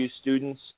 students